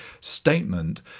statement